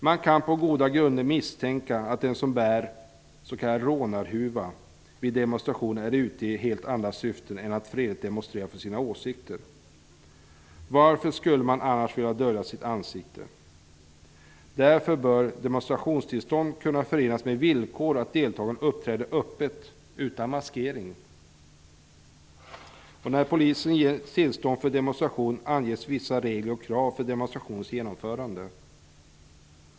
Man kan på goda grunder misstänka att den som bär s.k. rånarhuva vid demonstration är ute i helt andra syften än att fredligt demonstrera för sina åsikter. Varför skulle man annars vilja dölja sitt ansikte? Därför bör demonstrationstillstånd kunna förenas med villkoret att deltagarna uppträder öppet, utan maskering. När polisen ger tillstånd för demonstration anges vissa regler och krav för demonstrationens genomförande.